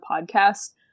podcast